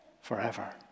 forever